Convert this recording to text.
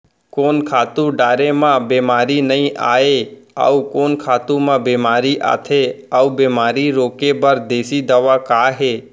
कोन खातू डारे म बेमारी नई आये, अऊ कोन खातू म बेमारी आथे अऊ बेमारी रोके बर देसी दवा का हे?